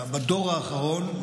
בדור האחרון,